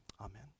amen